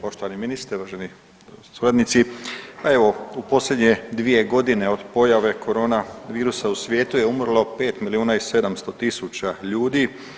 Poštovani ministre, uvaženi suradnici pa evo u posljednje 2 godine od pojave korona virusa u svijetu je umrlo 5 milijuna i 700 tisuća ljudi.